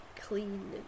clean